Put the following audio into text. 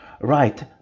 right